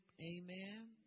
Amen